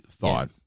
thought